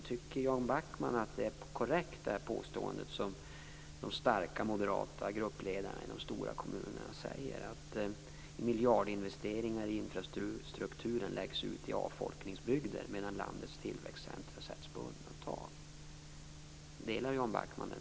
Anser Jan Backman att de starka moderata gruppledarna i de stora kommunerna framför en korrekt uppfattning när de säger att miljardinvesteringar i infrastrukturen läggs ut i avfolkningsbygder medan landets olika tillväxtcentrum sätts på undantag?